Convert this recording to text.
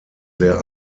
sehr